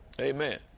Amen